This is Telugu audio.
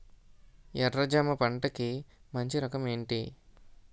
ఎర్ర జమ పంట కి మంచి రకం ఏంటి?